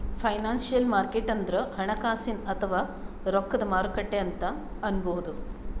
financial market ಅಂದ್ರ ಹಣಕಾಸಿನ್ ಅಥವಾ ರೊಕ್ಕದ್ ಮಾರುಕಟ್ಟೆ ಅಂತ್ ಅನ್ಬಹುದ್